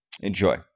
Enjoy